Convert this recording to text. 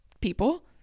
people